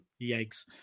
Yikes